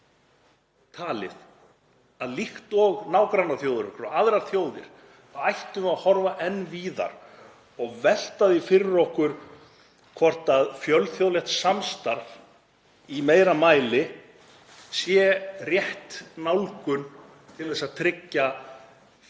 talið að líkt og nágrannaþjóðir okkar og aðrar þjóðir þá ættum við að horfa enn víðar og velta því fyrir okkur hvort fjölþjóðlegt samstarf í meira mæli sé rétt nálgun til að tryggja öryggi